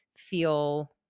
Feel